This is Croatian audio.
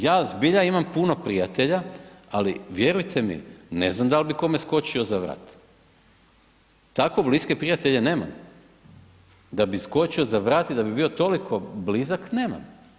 Ja zbilja imam puno prijatelja, ali vjerujte mi, ne znam dal bi kome skočio za vrat, tako bliske prijatelje nemam da bi skočio za vrat i da bi bio toliko blizak, nemam.